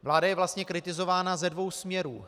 Vláda je vlastně kritizována ze dvou směrů.